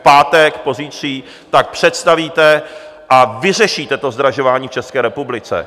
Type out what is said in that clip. ... v pátek, pozítří, tak představíte a vyřešíte zdražování v České republice.